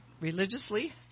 religiously